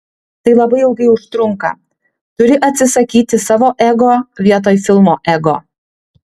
tai labai ilgai užtrunka turi atsisakyti savo ego vietoj filmo ego